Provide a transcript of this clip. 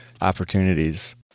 opportunities